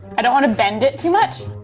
i don't wanna bend it too much.